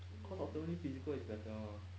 cause ultimately physical is better mah